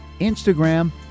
Instagram